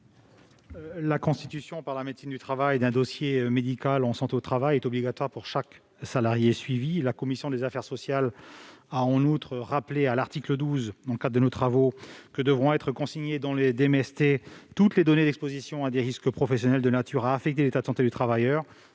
La constitution par la médecine du travail d'un dossier médical en santé au travail est obligatoire pour chaque salarié suivi. La commission des affaires sociales a, en outre, rappelé à l'article 12 que devront être consignées dans le dossier médical en santé au travail (DMST) toutes les données d'exposition à des risques professionnels de nature à affecter l'état de santé du travailleur.